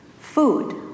Food